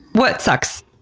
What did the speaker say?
what sucks?